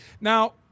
Now